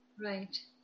Right